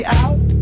out